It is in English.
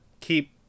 keep